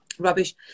rubbish